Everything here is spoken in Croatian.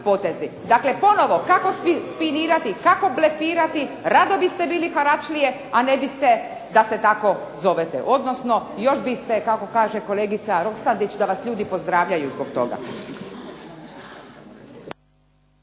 potezi. Dakle, ponovno kako spinirati, kako blefirati rado bi ste bili haračlije, a ne biste da se tako zovete, odnosno još biste kako kaže kolegica Roksandić da vas ljudi pozdravljaju zbog toga.